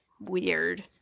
weird